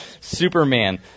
Superman